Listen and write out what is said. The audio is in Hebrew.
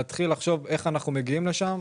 להתחיל לחשוב על איך אנחנו מגיעים לשם.